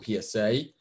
psa